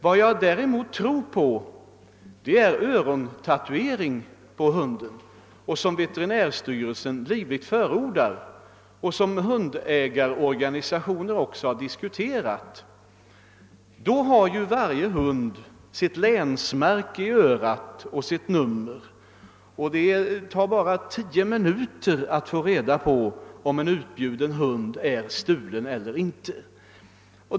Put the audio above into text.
Vad jag däremot tror på är den metod som veterinärstyrelsen varmt förordar och som man även inom hundägarorganisationerna har «diskuterat, nämligen Öörontatuering på hundarna. Därigenom får varje hund sin länsbokstav och sitt nummer intatuerat i örat, och det tar bara tio minuter att få reda på om en utbjuden hund är stulen eller inte.